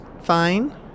fine